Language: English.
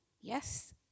yes